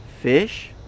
fish